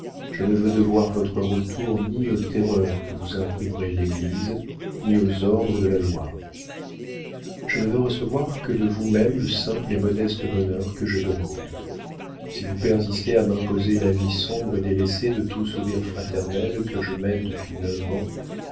je ne veux devoir votre retour ni aux terreurs que vous imprimerait l'église ni aux ordres de la loi je ne veux recevoir que de vous-même le simple et modeste bonheur que je demande si vous persistez à m'imposer la vie sombre et délaissée de tout sourire fraternel que je mène depuis neuf ans